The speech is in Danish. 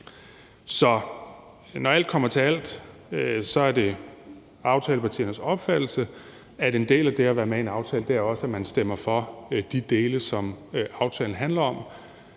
Så når alt kommer til alt, er det aftalepartiernes opfattelse, at en del af det at være med i en aftale også er, at man stemmer for de dele, som aftalen handler om,